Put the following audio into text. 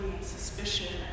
suspicion